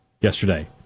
yesterday